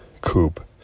coupe